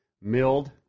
milled